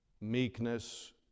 meekness